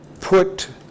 put